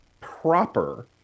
proper